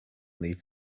need